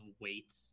weight